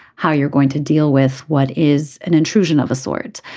how you're going to deal with what is an intrusion of a sort.